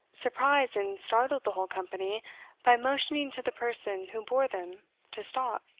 surprised and startled the whole company by motioning to the person who bore them to stop